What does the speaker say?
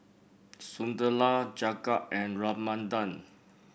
Sunderlal Jagat and Ramanand